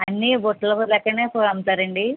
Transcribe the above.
అన్ని బుట్టలు లెక్కనే అమ్ముతారండి